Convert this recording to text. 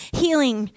healing